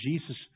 Jesus